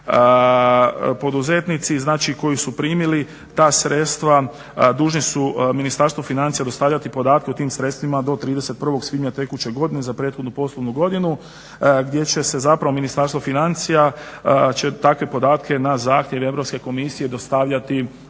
Poduzetnici znači koji su primili ta sredstva dužni su Ministarstvu financija dostavljati podatke o tim sredstvima do 31. svibnja tekuće godine za prethodnu poslovnu godinu gdje će se zapravo Ministarstvo financija će takve podatke na zahtjev Europske komisije dostavljati